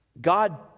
God